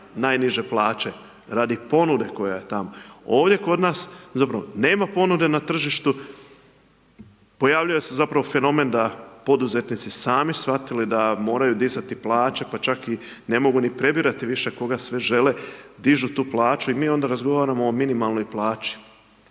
najniže plaće, radi ponude koja je tamo. Ovdje kod nas, zapravo nema ponude na tržištu, pojavljuje se zapravo fenomen, da poduzetnici, sami shvatili da moraju dizati plaće, pa čak ne mogu prebirati više koga sve žele, dižu tu plaću i mi onda razgovaramo o minimalnoj plaći.